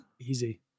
Easy